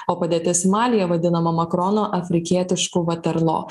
o padėtis malyje vadinama makrono afrikietišku vaterlo